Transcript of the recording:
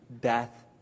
death